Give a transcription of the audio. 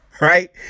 right